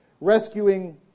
rescuing